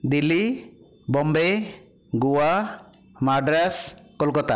Delhi Bombay Goa Madras Kolkata